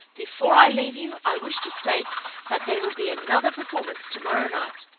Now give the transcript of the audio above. before i leave you, i wish to state that there will be another performance tomorrow night.